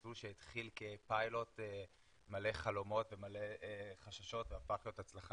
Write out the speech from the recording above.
מסלול שהתחיל כפיילוט מלא חלומות ומלא חששות והפך להיות הצלחה